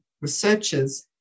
researchers